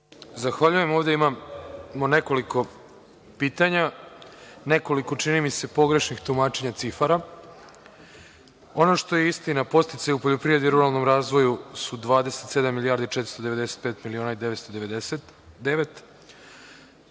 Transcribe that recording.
Zahvaljujem. Ovde imamo nekoliko pitanja, nekoliko čini mi se pogrešnih tumačenja cifara. Ono što je istina, podsticaji u poljoprivredi i ruralnom razvoju su 27 milijardi i 495 miliona i 999, što je